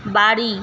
বাড়ি